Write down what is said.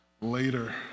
later